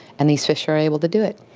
and these fish are able to do it.